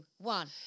one